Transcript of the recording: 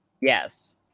Yes